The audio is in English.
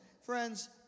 friends